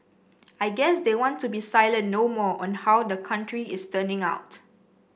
I guess they want to be silent no more on how the country is turning out